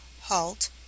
halt